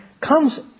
comes